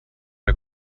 der